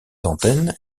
antennes